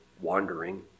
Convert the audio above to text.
Wandering